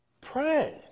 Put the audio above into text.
Pray